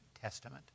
Testament